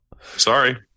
sorry